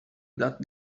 that